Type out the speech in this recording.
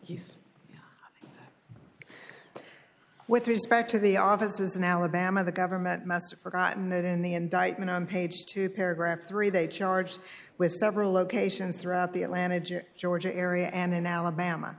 all with respect to the officers in alabama the government must have forgotten that in the indictment on page two paragraph three they charged with several locations throughout the atlanta ga ga area and in alabama